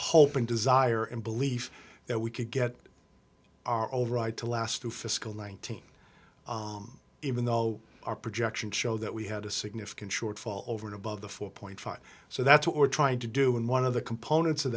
and desire and belief that we could get our override to last through fiscal nineteen even though our projections show that we had a significant shortfall over and above the four point five so that's what we're trying to do and one of the components of